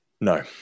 No